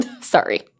Sorry